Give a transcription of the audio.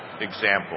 example